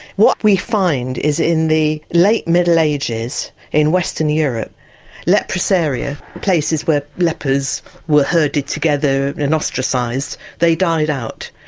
what we find is in the late middle ages in western europe leprosaria places where lepers were herded together and ostracised they died out.